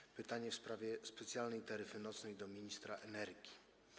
Jet to pytanie w sprawie specjalnej taryfy nocnej - do ministra energii.